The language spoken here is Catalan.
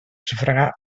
sufragar